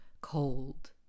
cold